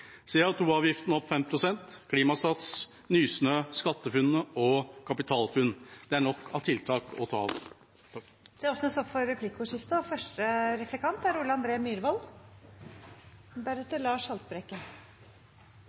opp 5 pst. Klimasats, Nysnø, SkatteFUNN og KapitalFUNN Det er nok av tiltak å ta av. Det blir replikkordskifte.